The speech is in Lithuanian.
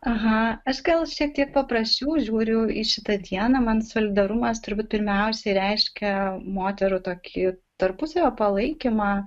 aha aš gal šiek tiek paprasčiau žiūriu į šitą dieną man solidarumas turbūt pirmiausia reiškia moterų tokį tarpusavio palaikymą